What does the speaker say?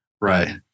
Right